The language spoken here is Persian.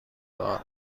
دارم